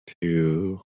two